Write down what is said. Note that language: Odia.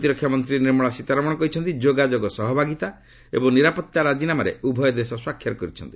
ପ୍ରତିରକ୍ଷା ମନ୍ତ୍ରୀ ନିର୍ମଳା ସୀତାରମଣ କହିଛନ୍ତି ଯୋଗାଯୋଗ ସହଭାଗିତା ଏବଂ ନିରାପତ୍ତା ରାଜିନାମାରେ ଉଭୟ ଦେଶ ସ୍ୱାକ୍ଷର କରିଛନ୍ତି